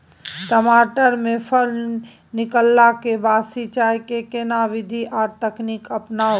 टमाटर में फल निकलला के बाद सिंचाई के केना विधी आर तकनीक अपनाऊ?